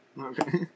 Okay